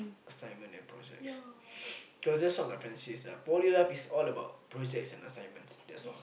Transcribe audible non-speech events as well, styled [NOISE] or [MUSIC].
assignment and projects [NOISE] cause that's what my friend says poly life is all about projects and assignments that's all